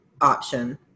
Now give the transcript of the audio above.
option